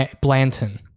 Blanton